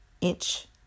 inch